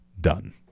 done